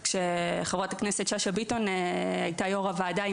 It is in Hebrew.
כשחברת הכנסת שאשא ביטון הייתה יו״ר הוועדה,